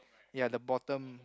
ya the bottom